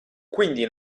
quindi